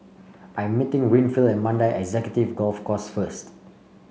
I'm meeting Winfield at Mandai Executive Golf Course first